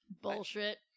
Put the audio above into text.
Bullshit